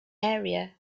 area